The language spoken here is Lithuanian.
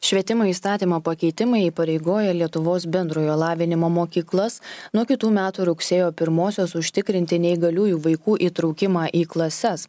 švietimo įstatymo pakeitimai įpareigoja lietuvos bendrojo lavinimo mokyklas nuo kitų metų rugsėjo pirmosios užtikrinti neįgaliųjų vaikų įtraukimą į klases